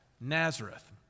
Nazareth